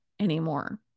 anymore